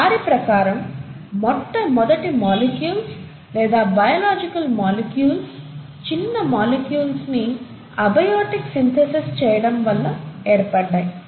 వారి ప్రకారం మొట్ట మొదటి మాలిక్యూల్స్ లేదా బయోలాజికల్ మొలిక్యూల్స్ చిన్న మాలిక్యూల్స్ ని ఎబయోటిక్ సింథేసిస్ చేయడం వాళ్ళ ఏర్పడ్డాయి